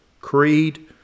creed